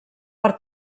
per